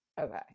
Okay